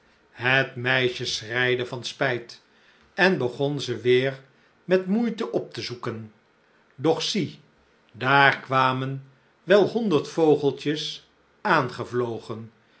het meisje schreide van spijt en begon ze weer met moeite op te zoeken doch zie daar kwamen wel honderd vogeltjes